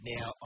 Now